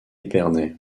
épernay